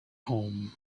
home